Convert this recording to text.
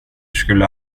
skulle